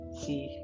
see